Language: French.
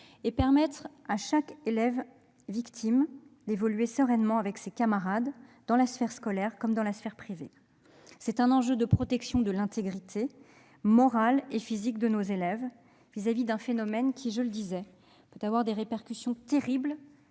et permettre à chaque élève victime d'évoluer sereinement avec ses camarades, dans la sphère scolaire comme dans la sphère privée. C'est un enjeu de protection de l'intégrité morale et physique de nos élèves, face à un phénomène qui, je le disais en préambule, peut avoir des répercussions terribles